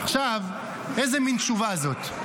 איזו מין תשובה זאת?